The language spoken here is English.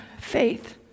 faith